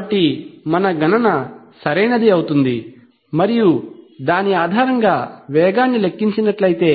కాబట్టి మన గణన సరైనది అవుతుంది మరియు దాని ఆధారంగా వేగాన్ని లెక్కించినట్లయితే